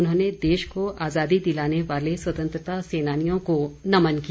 उन्होंने देश को आजादी दिलाने वाले स्वतंत्रता सेनानियों को नमन किया